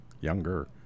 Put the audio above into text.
younger